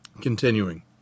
Continuing